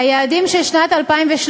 היעדים של שנת 2013,